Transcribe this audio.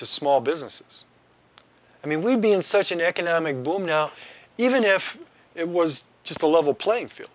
to small businesses i mean we'd be in such an economic boom now even if it was just a level playing field